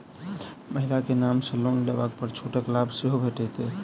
महिला केँ नाम सँ लोन लेबऽ पर छुटक लाभ सेहो भेटत की?